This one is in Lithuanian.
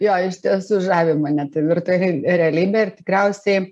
jo iš tiesų žavi mane ta virtuali realybė ir tikriausiai